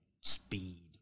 speed